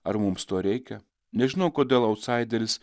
ar mums to reikia nežinau kodėl autsaideris